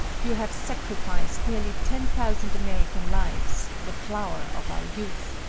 you have sacrificed nearly ten thousand american lives the flower of our youth.